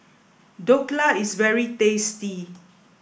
Dhokla is very tasty